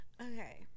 Okay